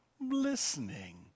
Listening